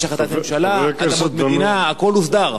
יש החלטת הממשלה, אדמות מדינה, הכול הוסדר.